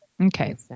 okay